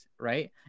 right